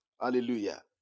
Hallelujah